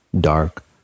dark